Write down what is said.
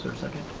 second.